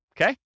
okay